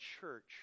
church